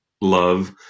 love